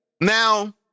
Now